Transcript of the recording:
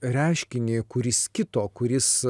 reiškinį kuris kito kuris